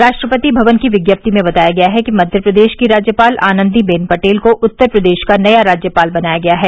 राष्ट्रपति भवन की विज्ञप्ति में बताया गया है कि मव्य प्रदेश की राज्यपाल आनंदी बेन पटेल को उत्तर प्रदेश का नया राज्यपाल बनाया गया है